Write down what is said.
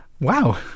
Wow